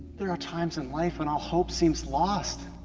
there are times in life when all hope seems lost.